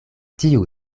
tiu